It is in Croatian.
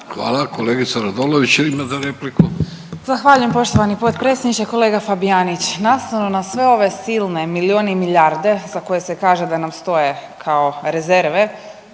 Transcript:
imala repliku. **Radolović, Sanja (SDP)** Zahvaljujem poštovani potpredsjedniče. Kolega Fabijanić nastavno na sve ove silne miliona i milijarde za koje se kaže da nam stoje kao rezerve